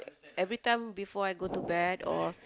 every time before I go to bed or